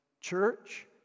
church